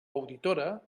auditora